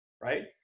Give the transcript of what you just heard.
right